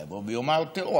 אולי יבוא ויאמר: תראו,